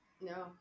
no